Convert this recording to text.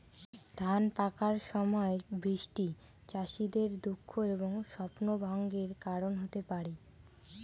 ধান পাকার সময় বৃষ্টি চাষীদের দুঃখ এবং স্বপ্নভঙ্গের কারণ হতে পারে